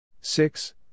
Six